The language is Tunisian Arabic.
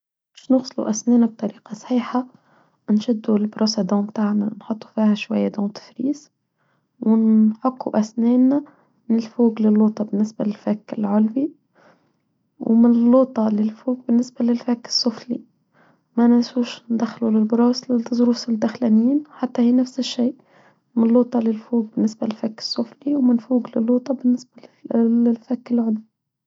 باش نغسلوا أسنانا بطريقة صحيحة، نشدوا البروسة دونتا عنا، نحطوا فيها شوية دونت فريس، ونحكوا أسنانا من الفوق للوطة بالنسبة للفك العلوي، ومن اللوطة للفوق بالنسبة للفك السفلي، ما ننسوش ندخلوا البروسة للتزروس الدخلمين، حتى هي نفس الشيء، من اللوطة للفوق بالنسبة للفك السفلي، ومن الفوق للوطة بالنسبة للفك العلوي.